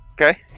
Okay